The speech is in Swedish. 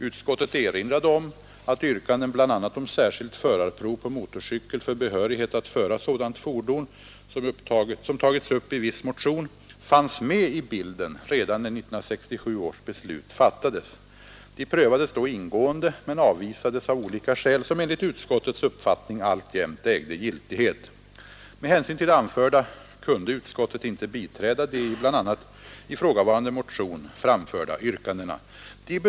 Utskottet erinrade om att de yrkanden bl.a. om särskilt förarprov på motorcykel för behörighet att föra sådant fordon, vilka tagits upp i viss motion, fanns med i bilden redan när 1967 års beslut fattades. De prövades då ingående men avvisades av olika skäl som enligt utskottets uppfattning alltjämt ägde giltighet. Med hänsyn till det anförda kunde utskottet inte biträda de i bl.a. ifrågavarande motion framförda yrkandena.